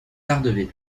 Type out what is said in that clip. daredevil